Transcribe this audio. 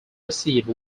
received